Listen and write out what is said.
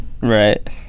Right